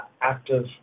Active